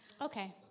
Okay